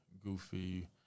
goofy